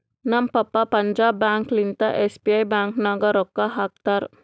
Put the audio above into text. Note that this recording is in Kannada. ನಮ್ ಪಪ್ಪಾ ಪಂಜಾಬ್ ಬ್ಯಾಂಕ್ ಲಿಂತಾ ಎಸ್.ಬಿ.ಐ ಬ್ಯಾಂಕ್ ನಾಗ್ ರೊಕ್ಕಾ ಹಾಕ್ತಾರ್